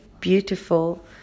beautiful